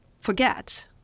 forget